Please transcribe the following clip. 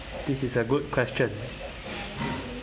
this is a good question